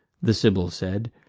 the sibyl said,